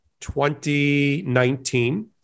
2019